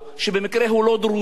שבמקרה הוא לא דרוזי,